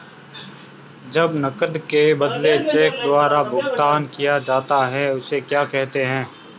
जब नकद के बदले चेक द्वारा भुगतान किया जाता हैं उसे क्या कहते है?